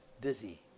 dizzy